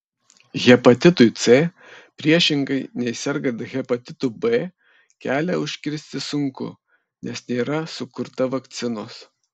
hepatitui c priešingai nei sergant hepatitu b kelią užkirsti sunku nes nėra sukurta vakcinos